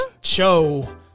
show